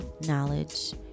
knowledge